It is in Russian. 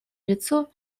лицо